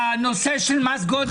הנושא של מס גודש זה לא חברתי.